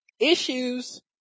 Issues